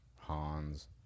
hans